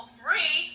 free